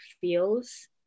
feels